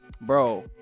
bro